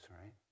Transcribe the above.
right